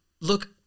Look